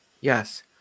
Yes